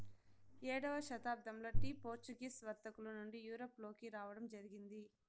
ఏడవ శతాబ్దంలో tea Portuguese వర్తకుల నుండి యూరప్ లోకి రావడం జరిగింది